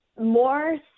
more